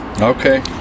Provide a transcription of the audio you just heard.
okay